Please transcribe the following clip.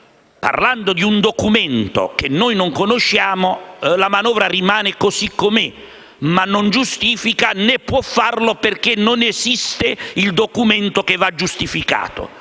parlando di un documento che noi non conosciamo, che la manovra rimane così com'è, ma non giustifica, né può farlo perché non esiste il documento che va giustificato.